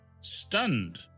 Stunned